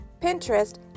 Pinterest